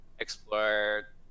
explore